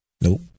Nope